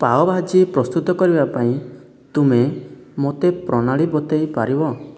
ପାଓଭାଜି ପ୍ରସ୍ତୁତ କରିବା ପାଇଁ ତୁମେ ମୋତେ ପ୍ରଣାଳୀ ବତାଇ ପାରିବ